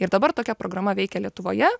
ir dabar tokia programa veikia lietuvoje